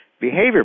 behavior